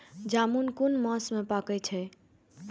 जामून कुन मास में पाके छै?